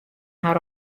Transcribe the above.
har